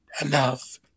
enough